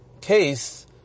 case